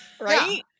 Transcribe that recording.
Right